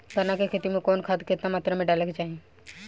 गन्ना के खेती में कवन खाद केतना मात्रा में डाले के चाही?